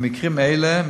במקרים אלה,